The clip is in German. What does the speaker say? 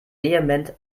vehement